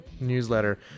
newsletter